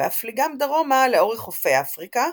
בהפליגם דרומה לאורך חופי אפריקה,